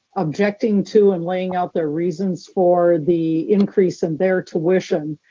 objecting to and laying out their reasons for the increase in their tuition.